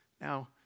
Now